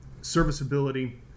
serviceability